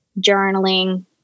journaling